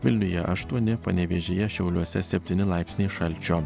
vilniuje aštuoni panevėžyje šiauliuose septyni laipsniai šalčio